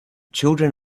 children